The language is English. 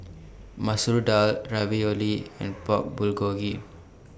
Masoor Dal Ravioli and Pork Bulgogi